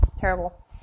terrible